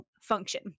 function